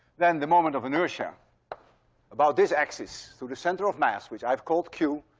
then the moment of inertia about this axis through the center of mass, which i've called q,